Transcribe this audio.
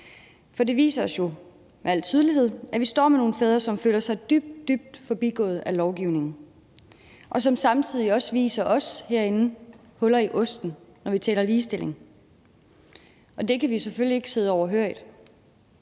For det viser os jo med al tydelighed, at vi står med nogle fædre, som føler sig dybt, dybt forbigået af lovgivningen, og som samtidig også viser os herinde huller i osten, når vi taler ligestilling. Og det kan vi selvfølgelig ikke sidde overhørig.